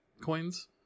coins